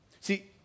See